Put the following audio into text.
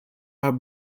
are